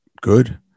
good